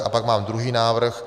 A pak mám druhý návrh...